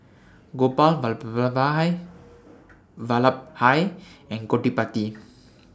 Gopal Vallabhbhai and Gottipati